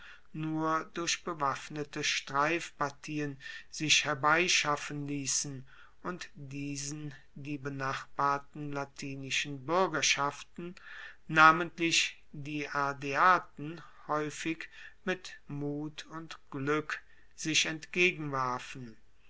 nur durch bewaffnete streifpartien sich herbeischaffen liessen und diesen die benachbarten latinischen buergerschaften namentlich die ardeaten haeufig mit mut und glueck sich